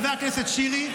חבר הכנסת שירי,